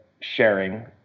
sharing